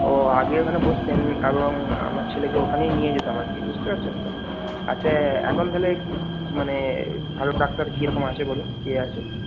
ও আগে ওখানে বসতেন এবং আমার ছেলেকে ওখানেই নিয়ে যেতাম আর কি বুঝতে পারছেন তো আচ্ছা এখন তাহলে মানে ভালো ডাক্তার কী রকম আছে বলুন কে আছে